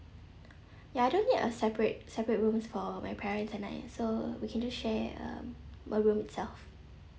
ya I don't need a separate separate rooms for my parents and I so we can just share uh one room itself